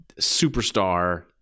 superstar